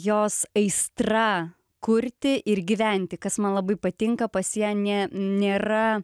jos aistra kurti ir gyventi kas man labai patinka pas ją ne nėra